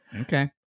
Okay